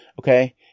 okay